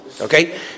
Okay